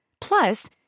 Plus